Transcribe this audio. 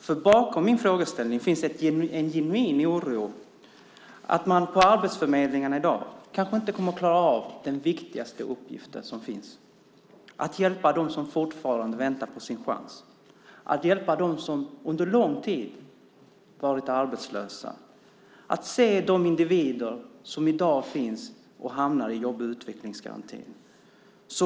För bakom min frågeställning finns en genuin oro att man på arbetsförmedlingarna i dag kanske inte kommer att klara av den viktigaste uppgiften som finns, att hjälpa dem som fortfarande väntar på sin chans, att hjälpa dem som under lång tid varit arbetslösa, att se de individer som i dag finns och hamnar i jobb och utvecklingsgarantin.